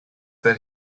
that